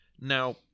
now